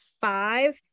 five